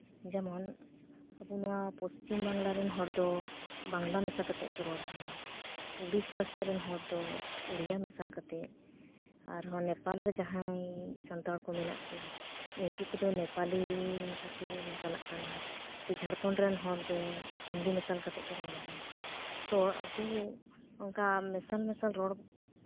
ᱡᱮᱢᱚᱱ ᱟᱵᱚ ᱱᱚᱣᱟ ᱯᱚᱪᱷᱤᱢ ᱵᱟᱝᱞᱟ ᱨᱮᱱ ᱦᱚᱲ ᱫᱚ ᱵᱟᱝᱞᱟ ᱢᱮᱥᱟ ᱠᱟᱛᱮ ᱠᱚ ᱨᱚᱲᱫᱟ ᱰᱳᱤᱥᱟ ᱥᱮᱫ ᱨᱮᱱ ᱦᱚᱲ ᱫᱚ ᱳᱰᱤᱭᱟ ᱢᱮᱥᱟᱞ ᱠᱟᱛᱮ ᱟᱨᱦᱚᱸ ᱱᱮᱯᱟᱞ ᱨᱮ ᱡᱟᱦᱟᱸᱭ ᱥᱟᱱᱛᱟᱲ ᱠᱚ ᱢᱮᱱᱟᱜ ᱠᱚ ᱩᱱᱠᱩ ᱠᱚᱫᱚ ᱱᱮᱯᱟᱞᱤ ᱦᱚᱸᱠᱚ ᱢᱮᱥᱟᱞᱟᱜ ᱠᱟᱱᱟ ᱥᱮ ᱡᱷᱟᱲᱠᱷᱚᱸᱰ ᱨᱮᱱ ᱦᱚᱲ ᱫᱚ ᱦᱤᱱᱫᱤ ᱢᱮᱥᱟᱞ ᱠᱟᱛᱮ ᱠᱚ ᱨᱚᱲ ᱮᱫᱟ ᱛᱚ ᱟᱵᱚ ᱚᱱᱠᱟᱱ ᱢᱮᱥᱟᱞ ᱢᱮᱥᱟᱞ ᱨᱚᱲ